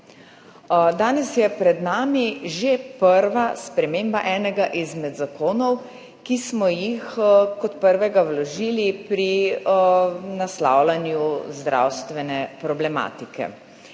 Danes je pred nami že prva sprememba enega izmed zakonov, ki smo jih kot prvega vložili pri naslavljanju zdravstvene problematike.